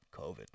COVID